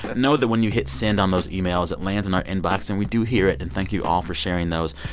know that when you hit send on those emails, it lands in our inbox, and we do hear it. and thank you all for sharing those.